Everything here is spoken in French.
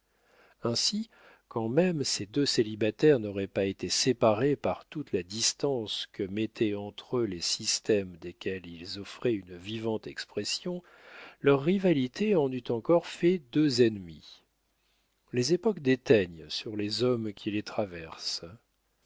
ainsi quand même ces deux célibataires n'auraient pas été séparés par toute la distance que mettaient entre eux les systèmes desquels ils offraient une vivante expression leur rivalité en eût encore fait deux ennemis les époques déteignent sur les hommes qui les traversent